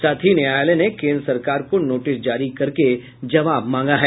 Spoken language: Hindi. साथ ही न्यायालय ने केंद्र सरकार को नोटिस जारी करके जवाब भी मांगा है